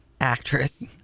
actress